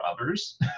others